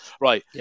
Right